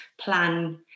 plan